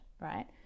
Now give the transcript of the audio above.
right